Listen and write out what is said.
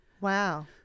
wow